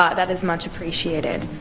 ah that is much appreciated.